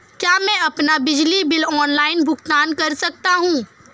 क्या मैं अपना बिजली बिल ऑनलाइन भुगतान कर सकता हूँ?